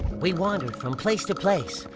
we wandered from place to place,